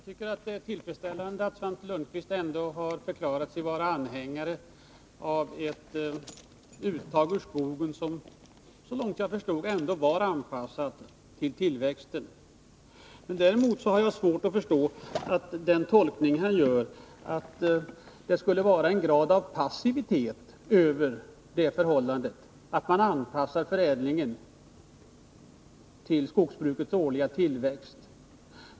Herr talman! Det är tillfredsställande att Svante Lundkvist har förklarat sig vara anhängare av ett uttag ur skogen som, såvitt jag förstod, var anpassat till tillväxten. Däremot har jag svårt att förstå hans tolkning att det skulle vara en grad av passivitet över det förhållandet att man anpassar förädlingen till skogsbrukets årliga tillväxt.